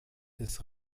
des